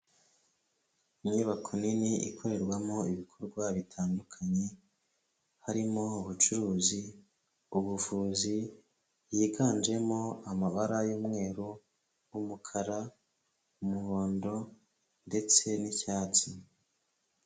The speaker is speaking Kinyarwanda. Inyubako nini ikorerwamo ibikorwa bitandukanye, harimo ubucuruzi, ubuvuz,i yiganjemo amabara y'umweruru, umukara, umuhondo ndetse n'icyatsi.